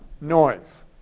noise